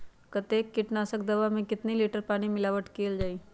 कतेक किटनाशक दवा मे कितनी लिटर पानी मिलावट किअल जाई?